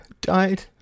died